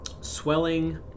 swelling